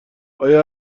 ایا